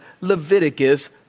Leviticus